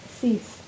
cease